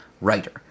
writer